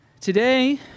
Today